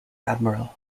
admiral